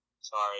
Sorry